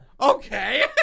Okay